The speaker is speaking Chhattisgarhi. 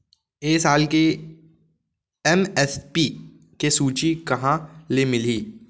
ए साल के एम.एस.पी के सूची कहाँ ले मिलही?